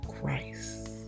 Christ